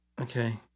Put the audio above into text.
Okay